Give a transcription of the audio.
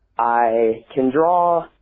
i can draw